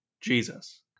Jesus